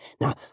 Now